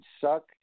suck